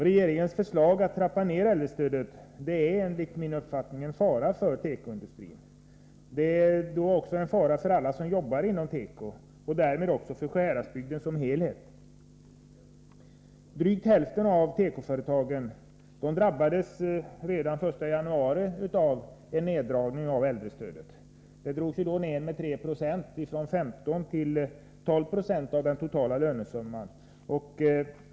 Regeringens förslag att trappa ner äldrestödet innebär, enligt min uppfattning, en fara för tekoindustrin. Det är också en fara för alla som arbetar inom tekoområdet och därmed för Sjuhäradsbygden som helhet. Drygt hälften av tekoföretagen drabbades redan fr.o.m. den 1 januari av en neddragning av äldrestödet. Det drogs då ned med 3 96, ifrån 15 90 till 12 Jo av den totala lönesumman.